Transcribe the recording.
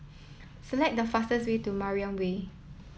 select the fastest way to Mariam Way